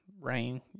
Rain